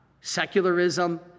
secularism